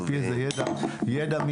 עפ"י איזה ידע מצטבר,